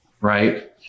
right